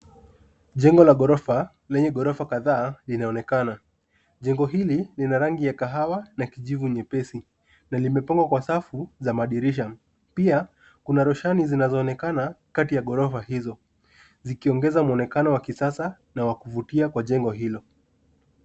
Jengo la ghorofa lenye ghorofa kadhaa, linaonekana. Jengo hili lina rangi ya kahawa na kijivu nyepesi, na limepangwa kwa safu za madirisha. Pia kuna roshani zinazoonekana kati ya ghorofa hizo, zikiongeza muonekano wa kisasa na wakuvutia kwa jengo hilo.